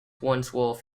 wandsworth